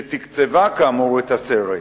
שתקצבה כאמור את הסרט.